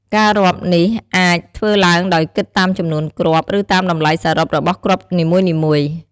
ការរាប់នេះអាចធ្វើឡើងដោយគិតតាមចំនួនគ្រាប់ ឬតាមតម្លៃសរុបរបស់គ្រាប់នីមួយៗ។